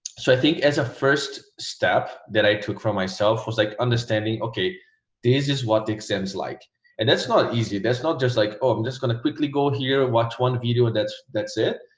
so i think as a first step that i took from myself was like understanding okay this is what the exams like and that's not easy that's not just like i'm just gonna quickly go here watch one video that's that's it.